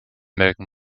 melken